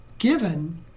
given